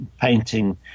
painting